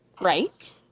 Right